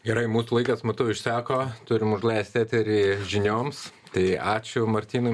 gerai mūsų laikas matau išseko turim užleisti eterį žinioms tai ačiū martynui